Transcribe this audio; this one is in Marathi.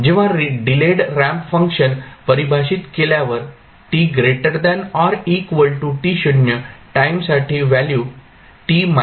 जेव्हा डिलेड रॅम्प फंक्शन परिभाषित केल्यावर टाईमसाठी व्हॅल्यू होईल